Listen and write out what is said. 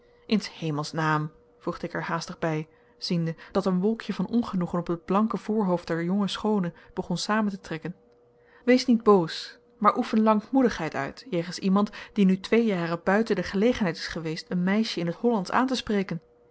voegde ik er haastig bij ziende dat een wolkje van ongenoegen op het blanke voorhoofd der jonge schoone begon samen te trekken wees niet boos maar oefen lankmoedigheid uit jegens iemand die nu twee jaren buiten de gelegenheid is geweest een meisje in t hollandsch aan te spreken